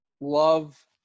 Love